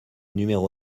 numéro